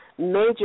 major